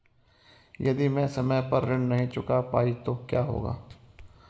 यदि मैं समय पर ऋण नहीं चुका पाई तो क्या होगा?